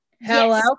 Hello